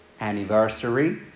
anniversary